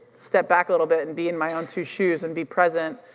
step back a little bit and be in my own two shoes and be present